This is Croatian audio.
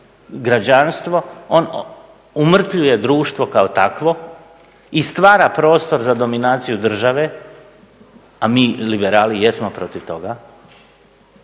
građanstvo, on umrtvljuje društvo kao takvo i stvara prostor za dominaciju države, a mi liberali jesmo protiv toga,